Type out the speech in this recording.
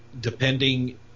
depending